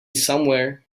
somewhere